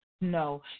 No